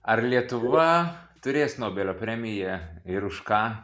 ar lietuva turės nobelio premiją ir už ką